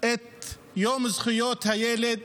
את יום זכויות הילד,